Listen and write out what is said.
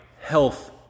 health